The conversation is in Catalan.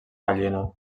gallina